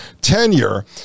tenure